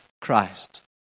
Christ